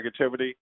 negativity